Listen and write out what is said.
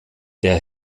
der